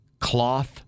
cloth